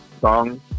song